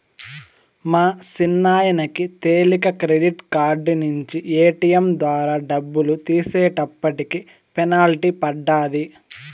మా సిన్నాయనకి తెలీక క్రెడిట్ కార్డు నించి ఏటియం ద్వారా డబ్బులు తీసేటప్పటికి పెనల్టీ పడ్డాది